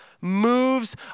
moves